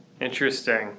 Interesting